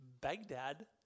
Baghdad